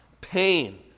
pain